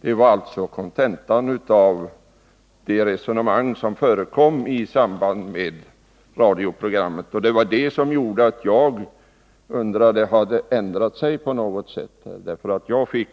Det var kontentan av det resonemang som förekom i radioprogrammet, och det var detta som gjörde att jag undrade: Har bedömningen ändrat sig på något sätt? Jag fick